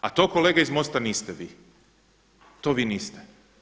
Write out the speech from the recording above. A to kolege iz Mosta niste vi, to vi niste.